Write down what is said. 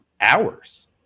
hours